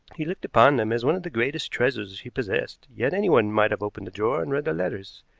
he looked upon them as one of the greatest treasures he possessed, yet anyone might have opened the drawer and read the letters.